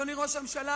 אדוני ראש הממשלה,